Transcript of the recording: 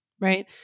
right